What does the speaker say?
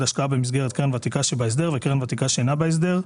השקעה במסגרת קרן ותיקה שבהסדר וקרן ותיקה שאינה בהסדר,